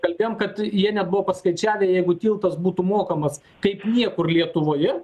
kalbėjom kad jie net buvo paskaičiavę jeigu tiltas būtų mokamas kaip niekur lietuvoje